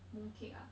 mooncake ah